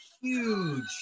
huge